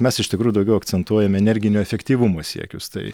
mes iš tikrųjų daugiau akcentuojame energinio efektyvumo siekius tai